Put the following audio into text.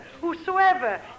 whosoever